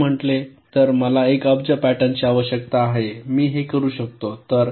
मी असे म्हटले तर मला 1 अब्ज पॅटर्न ची आवश्यकता आहे मी हे करू शकतो